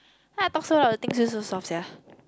why I talk so loud the things also so soft sia